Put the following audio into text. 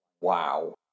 wow